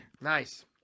Nice